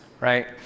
right